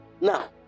Now